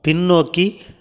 பின்னோக்கி